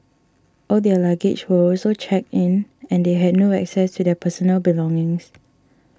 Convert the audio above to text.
all their luggage were also checked in and they had no access to their personal belongings